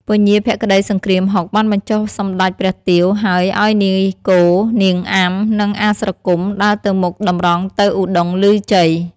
ពញាភក្តីសង្គ្រាមហុក បានបញ្ចុះសម្តេចព្រះទាវ ហើយឲ្យនាយគោ នាងអាំ និងអាស្រគំ ដើរទៅមុខតម្រង់ទៅឧត្តុង្គឮជ័យ។